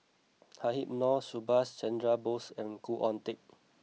Habib Noh Subhas Chandra Bose and Khoo Oon Teik